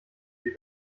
sie